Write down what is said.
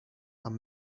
and